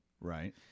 right